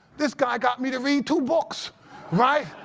this guy got me to read two books right?